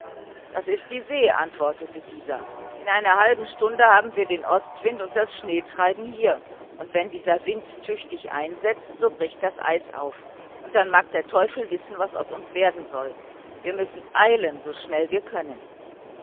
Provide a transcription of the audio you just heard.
das ist die see antwortete dieser in einer halben stunde haben wir den ostwind und das schneetreiben hier und wenn dieser wind tüchtig einsetzt so bricht das eis auf und dann mag der teufel wissen was aus uns werden soll wir müssen eilen so schnell wir können